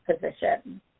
position